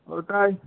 ওইটাই